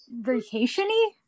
vacation-y